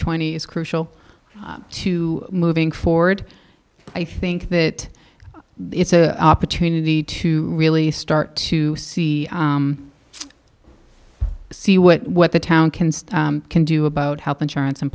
twenty is crucial to moving forward i think that it's a opportunity to really start to see see what what the town can still can do about health insurance and